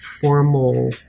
formal